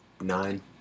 nine